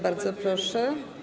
Bardzo proszę.